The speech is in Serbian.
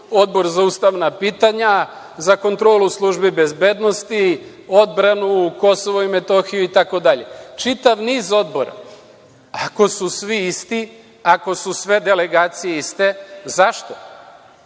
Odbor za ustavna pitanja, za kontrolu službi bezbednosti, odbranu, Kosovo i Metohiju, itd. Čitav niz odbora. Ako su svi isti, ako su sve delegacije iste, zašto?